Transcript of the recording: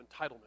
entitlement